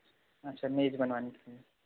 अच्छा मेज़ बनवानी है